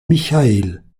michael